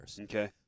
Okay